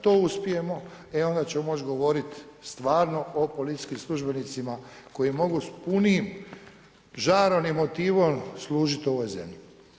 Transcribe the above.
to uspijemo, e onda ćemo moći govoriti stvarno o policijskim službenicima koji mogu s punim žarom i motivom služit ovoj zemlji.